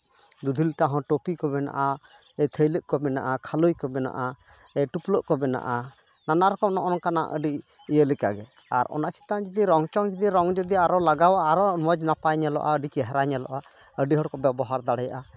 ᱫᱩᱫᱷᱤ ᱞᱚᱴᱟ ᱦᱚᱸ ᱴᱩᱯᱤ ᱠᱚ ᱢᱮᱱᱟᱜᱼᱟ ᱛᱷᱟᱹᱭᱞᱟᱹᱜ ᱠᱚ ᱢᱮᱱᱟᱜᱼᱟ ᱠᱷᱟᱹᱞᱳᱭ ᱠᱚ ᱢᱮᱱᱟᱜᱼᱟ ᱮᱭ ᱴᱩᱯᱞᱟᱹᱜ ᱠᱚ ᱢᱮᱱᱟᱜᱼᱟ ᱱᱟᱱᱟ ᱨᱚᱠᱚᱢ ᱱᱚᱜᱼᱚ ᱱᱚᱝᱠᱟᱱᱟᱜ ᱟᱹᱰᱤ ᱤᱭᱟᱹ ᱞᱮᱠᱟᱜᱮ ᱟᱨ ᱚᱱᱟ ᱪᱮᱛᱟᱱ ᱡᱩᱫᱤ ᱨᱚᱝ ᱪᱚᱝ ᱡᱩᱫᱤ ᱨᱚᱝ ᱡᱩᱫᱤ ᱟᱨᱚ ᱞᱟᱜᱟᱣᱟᱜᱼᱟ ᱟᱨᱚ ᱢᱚᱡ ᱱᱟᱯᱟᱭ ᱧᱮᱞᱚᱜᱼᱟ ᱟᱹᱰᱤ ᱪᱮᱦᱨᱟ ᱧᱮᱞᱚᱜᱼᱟ ᱟᱹᱰᱤ ᱦᱚᱲᱠᱚ ᱵᱮᱵᱚᱦᱟᱨ ᱫᱟᱲᱮᱭᱟᱜᱼᱟ